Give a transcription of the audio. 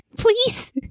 please